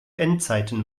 endzeiten